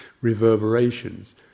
reverberations